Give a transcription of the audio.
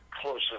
closely